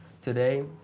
today